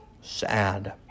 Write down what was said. sad